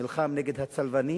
נלחם נגד הצלבנים,